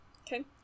okay